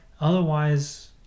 Otherwise